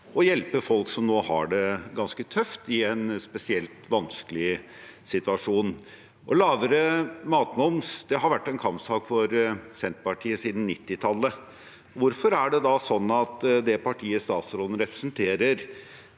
å hjelpe folk som nå har det ganske tøft, i en spesielt vanskelig situasjon. Lavere matmoms har vært en kampsak for Senterpartiet siden 1990-tallet. Hvorfor er det da sånn at det partiet statsråden representerer,